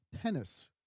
tennis